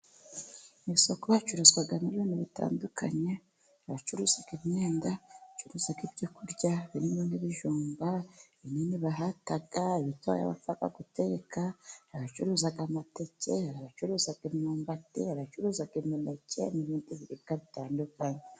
Mu isoko hacuruzwa ibintu bitandukanye, abacuruza imyenda, abacuruza ibyo kurya birimo: nk'ibijumba binini bahata, ibitoya bapfa gutereka, abacuruza amateke, abacuruza imyumbati, abacuruza imineke n'ibindi biribwa bitandukanye.